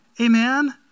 Amen